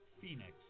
Phoenix